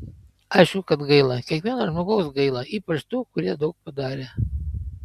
aišku kad gaila kiekvieno žmogaus gaila ypač tų kurie daug padarė